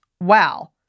Wow